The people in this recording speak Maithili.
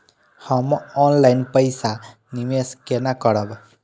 हम ऑनलाइन पैसा निवेश केना करब?